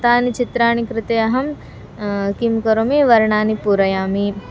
तानि चित्राणि कृते अहं किं करोमि वर्णानि पूरयामि